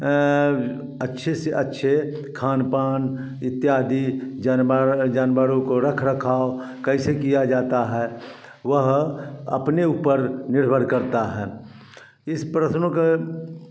अच्छे से अच्छे खान पान इत्यादि जनबा जानवरों को रखरखाव कैसे किया जाता है वह अपने ऊपर निर्भर करता है इस प्रश्नों के